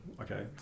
okay